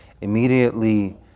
immediately